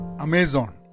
Amazon